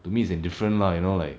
to me is indifferent lah you know like